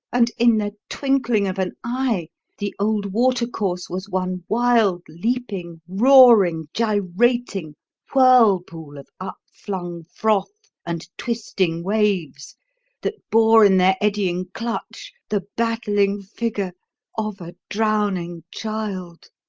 and in the twinkling of an eye the old water-course was one wild, leaping, roaring, gyrating whirlpool of up-flung froth and twisting waves that bore in their eddying clutch the battling figure of a drowning child.